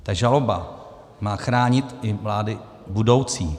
Ta žaloba má chránit i vlády budoucí.